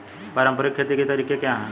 पारंपरिक खेती के तरीके क्या हैं?